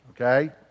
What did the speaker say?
Okay